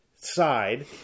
side